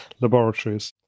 laboratories